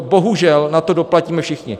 Bohužel na to doplatíme všichni.